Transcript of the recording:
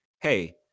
Hey